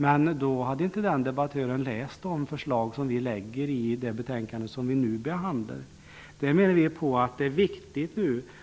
Men den debattören hade inte läst våra förslag i det betänkande som nu behandlas. Vi menar att det är viktigt